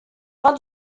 fin